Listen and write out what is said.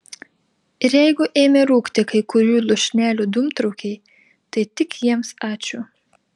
ir jeigu ėmė rūkti kai kurių lūšnelių dūmtraukiai tai tik jiems ačiū